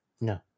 no